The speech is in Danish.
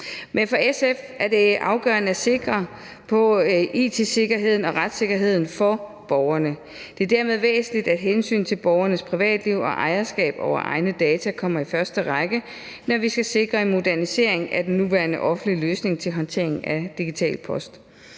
Men for SF er det afgørende at sikre både it-sikkerheden og retssikkerheden for borgerne. Det er dermed væsentligt, at hensynet til borgernes privatliv og ejerskab over egne data kommer i første række, når vi skal sikre en modernisering af den nuværende offentlige løsning til håndtering af digital post.